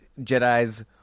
Jedis